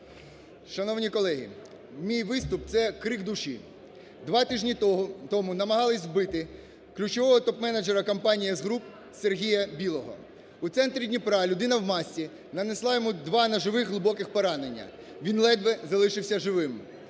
Шановні колеги, мій виступ – це крик душі. Два тижні тому намагалися вбити ключового топ-менеджера компанії "С-груп" Сергія Білого. У центрі Дніпра людина в масці нанесла йому два ножових глибоких поранення, він ледве залишився живим.